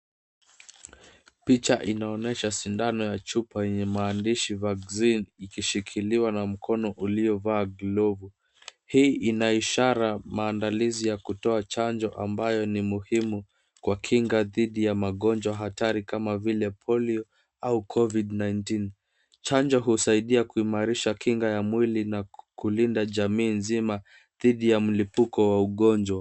Picha inaonyesha sindano ya chupa yenye mahandishi Vaccine ikishikiliwa na mkono uliovaa glovu. Hii ina ishara maandalizi ya kutoa chanjo ambayo ni muhimu kwa kinga dhidhi ya magonjwa hatari kama vile polio au Covid-19 . Chanjo husaidia kuimarisha kinga ya mwili na kulinda jamii nzima dhidhi ya mlipuko wa ugonjwa.